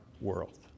world